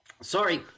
Sorry